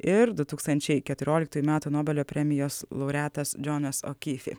ir du tūkstančiai keturiolikųjų metų nobelio premijos laureatas džonas okifi